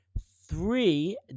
Three